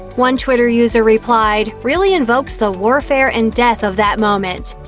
one twitter user replied, really invokes the warfare and death of that moment.